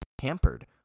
hampered